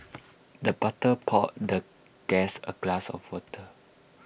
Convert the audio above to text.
the butler poured the guest A glass of water